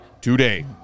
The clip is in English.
today